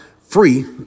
free